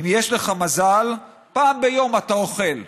אם יש לך מזל, פעם אחת ביום אתה אוכל.